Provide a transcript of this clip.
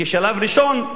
כשלב ראשון.